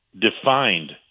defined